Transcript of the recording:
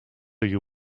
you